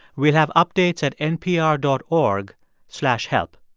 we'll have updates at npr dot org slash help.